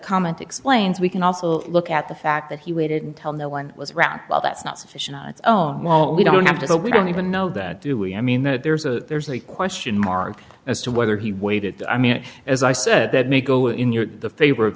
comment explains we can also look at the fact that he waited until no one was around well that's not sufficient oh well we don't have to we don't even know that do we i mean that there's a there's a question mark as to whether he waited i mean as i said that may go in your favor of